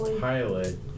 pilot